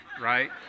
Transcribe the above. right